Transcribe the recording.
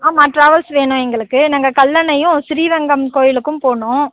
ஆமாம் டிராவல்ஸ் வேணும் எங்களுக்கு நாங்கள் கல்லணையும் ஸ்ரீரங்கம் கோயிலுக்கும் போகணும்